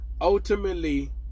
ultimately